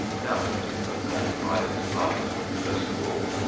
doubtless because man prizes life first of all.